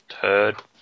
Turd